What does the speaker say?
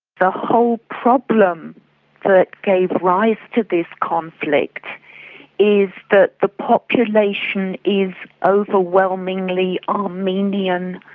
the whole problem that gave rise to this conflict is that the population is overwhelmingly armenian,